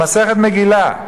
במסכת מגילה: